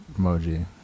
emoji